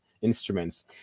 instruments